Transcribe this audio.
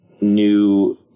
new